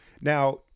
Now